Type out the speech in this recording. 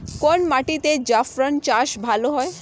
কোন মাটিতে জাফরান চাষ ভালো হয়?